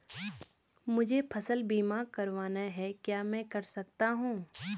मुझे फसल बीमा करवाना है क्या मैं कर सकता हूँ?